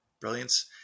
brilliance